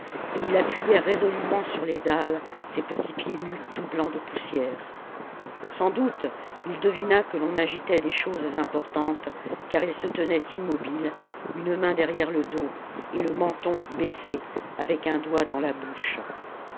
et il appuyait résolument sur les dalles ses petits pieds nus tout blancs de poussière sans doute il devina que l'on agitait des choses importantes car il se tenait immobile une main derrière le dos et le menton baissé avec un doigt dans la bouche